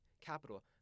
Capital